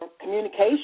communication